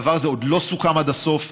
הדבר הזה עוד לא סוכם עד הסוף,